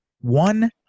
One